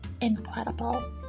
incredible